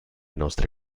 nostre